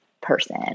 person